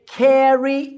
carry